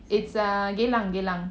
it's err geylang geylang